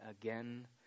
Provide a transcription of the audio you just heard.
again